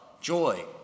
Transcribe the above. joy